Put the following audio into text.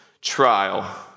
trial